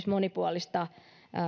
monipuolista